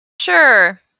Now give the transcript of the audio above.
Sure